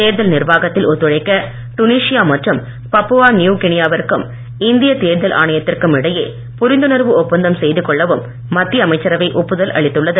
தேர்தல் நிர்வாகத்தில் ஒத்துழைக்க டுனிஷியா மற்றும் பாப்புவா நியுவ்கினியாவிற்கும் இந்திய தேர்தல் ஆணையத்திற்கும் இடையே புரிந்துணர்வு ஒப்பந்தம் செய்து கொள்ளவும் மத்திய அமைச்சரவை ஒப்புதல் அளித்துள்ளது